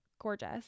gorgeous